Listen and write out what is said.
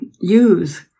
use